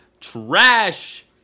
trash